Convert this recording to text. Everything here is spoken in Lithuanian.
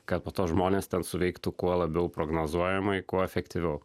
kad po to žmonės ten suveiktų kuo labiau prognozuojamai kuo efektyviau